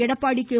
Edappadi K